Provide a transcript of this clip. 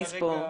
זה הרגע